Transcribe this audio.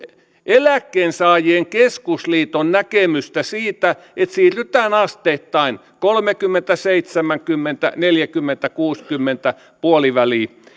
eläkkeensaajien keskusliiton näkemystä siitä että siirrytään asteittain kolmekymmentä viiva seitsemänkymmentä neljäkymmentä viiva kuusikymmentä puoliväli